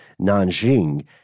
Nanjing